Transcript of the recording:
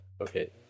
Okay